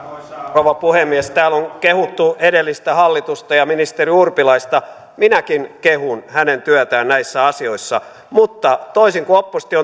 rouva puhemies täällä on kehuttu edellistä hallitusta ja ministeri urpilaista minäkin kehun hänen työtään näissä asioissa mutta toisin kun oppositio